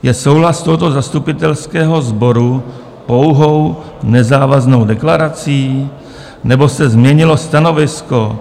Je souhlas tohoto zastupitelského sboru pouhou nezávaznou deklarací, nebo se změnilo stanovisko?